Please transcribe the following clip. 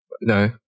No